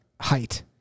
height